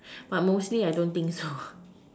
but mostly I don't think so